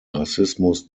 rassismus